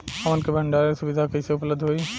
हमन के भंडारण सुविधा कइसे उपलब्ध होई?